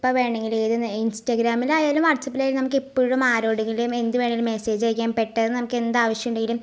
എപ്പം വേണമെങ്കിലും ഏത് നേരം ഇൻസ്റ്റഗ്രാമിലായാലും വാട്സപ്പിലായാലും നമുക്ക് എപ്പോഴും ആരോടെങ്കിലും എന്ത് വേണമെങ്കിലും മെസേജ് അയക്കാം പെട്ടെന്ന് നമുക്ക് എന്താവശ്യം ഉണ്ടെങ്കിലും